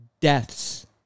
deaths